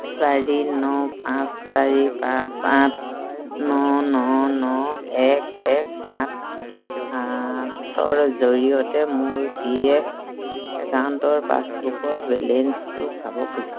চাৰি ন পাঁচ চাৰি পাঁচ আঠ ন ন ন এক এক সাত সাতৰ জৰিয়তে মোৰ পি এফ একাউণ্টৰ পাছবুকৰ বেলেঞ্চটো চাব খোজো